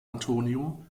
antonio